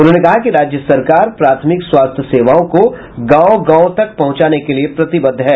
उन्होंने कहा कि राज्य सरकार प्राथमिक स्वास्थ्य सेवाओं को गांव गांव तक पहुंचाने के लिए प्रतिबद्ध है